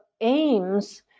aims